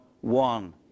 one